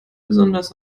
besonders